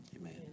Amen